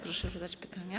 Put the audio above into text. Proszę zadać pytanie.